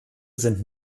sind